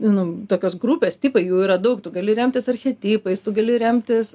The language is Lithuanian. nu tokios grupės tipai jų yra daug tu gali remtis archetipais tu gali remtis